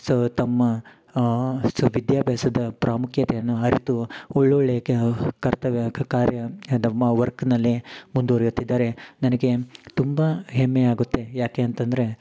so ತಮ್ಮ so ವಿದ್ಯಾಭ್ಯಾಸದ ಪ್ರಾಮುಖ್ಯತೆಯನ್ನು ಅರಿತು ಒಳ್ಳೊಳ್ಳೆಯ ಕರ್ತವ್ಯ ಕಾರ್ಯ ತಮ್ಮ ವರ್ಕ್ನಲ್ಲಿ ಮುಂದುವರೆಯುತ್ತಿದ್ದಾರೆ ನನಗೆ ತುಂಬ ಹೆಮ್ಮೆ ಆಗುತ್ತೆ ಯಾಕೆ ಅಂತಂದರೆ